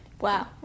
Wow